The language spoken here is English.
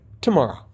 tomorrow